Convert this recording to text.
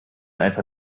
einfach